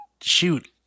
shoot